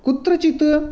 कुत्रचित्